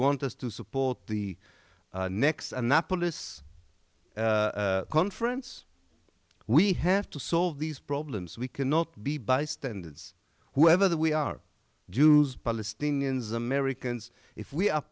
want us to support the next annapolis conference we have to solve these problems we cannot be bystanders whoever we are jews palestinians americans if we are